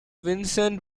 vincent